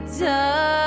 done